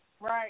Right